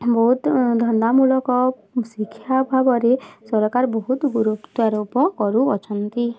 ବହୁତ ଧନ୍ଦାମୂଳକ ଶିକ୍ଷା ଭାବରେ ସରକାର ବହୁତ ଗୁରୁତ୍ୱାରୋପ କରୁଅଛନ୍ତି